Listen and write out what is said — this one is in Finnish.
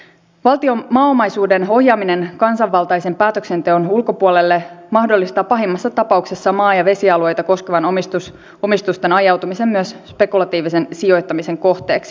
valtion maaomaisuuden ohjaaminen kansanvaltaisen päätöksenteon ulkopuolelle mahdollistaa pahimmassa tapauksessa maa ja vesialueita koskevien omistusten ajautumisen myös spekulatiivisen sijoittamisen kohteeksi